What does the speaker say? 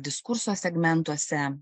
diskurso segmentuose